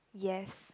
yes